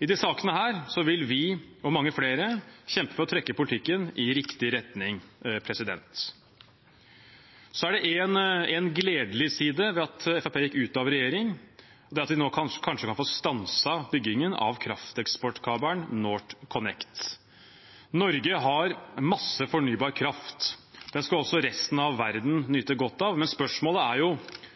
I disse sakene vil vi og mange flere kjempe for å trekke politikken i riktig retning. Det er én gledelig side ved at Fremskrittspartiet gikk ut av regjering – det at vi nå kanskje få stanset byggingen av krafteksportkabelen NorthConnect. Norge har masse fornybar kraft, og den skal også resten av verden nyte godt av. Spørsmålet er